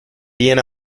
bien